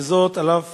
על אף